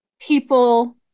people